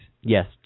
Yes